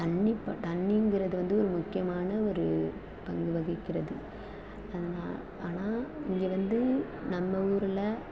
தண்ணி தண்ணிங்கிறது வந்து ஒரு முக்கியமான ஒரு பங்கு வகிக்கிறது அதுனா ஆனால் இங்கே வந்து நம்ம ஊரில்